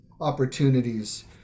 opportunities